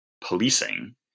policing